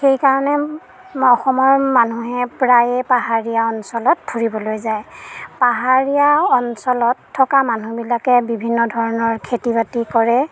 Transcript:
সেইকাৰণে মই অসমৰ মানুহে প্ৰায়েই পাহাৰীয়া অঞ্চলত ফুৰিবলৈ যায় পাহাৰীয়া অঞ্চলত থকা মানুহবিলাকে বিভিন্ন ধৰণৰ খেতি বাতি কৰে